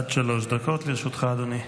עד שלוש דקות לרשותך, אדוני.